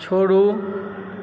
छोड़ू